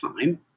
time